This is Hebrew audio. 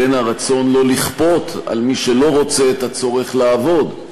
בין הרצון שלא לכפות על מי שלא רוצה את הצורך לעבוד,